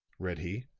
read he.